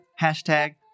hashtag